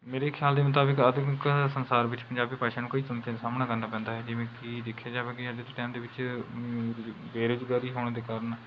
ਮੇਰੇ ਖਿਆਲ ਦੇ ਮੁਤਾਬਿਕ ਆਧੁਨਿਕ ਸੰਸਾਰ ਵਿੱਚ ਪੰਜਾਬੀ ਭਾਸ਼ਾ ਨੂੰ ਕਈ ਚੁਣੌਤੀਆਂ ਦਾ ਸਾਹਮਣਾ ਕਰਨਾ ਪੈਂਦਾ ਹੈ ਜਿਵੇਂ ਕਿ ਦੇਖਿਆ ਜਾਵੇ ਕਿ ਅੱਜ ਦੇ ਟਾਈਮ ਦੇ ਵਿੱਚ ਬੇਰੁਜ਼ਗਾਰੀ ਹੋਣ ਦੇ ਕਾਰਨ